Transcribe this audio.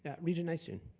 yeah regent nystuen.